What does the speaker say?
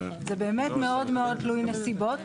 זה באמת מאוד מאוד תלוי נסיבות.